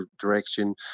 direction